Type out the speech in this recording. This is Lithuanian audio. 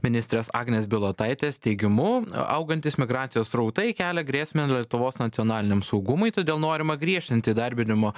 ministrės agnės bilotaitės teigimu augantys migracijos srautai kelia grėsmę lietuvos nacionaliniam saugumui todėl norima griežtinti įdarbinimo